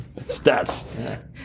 Stats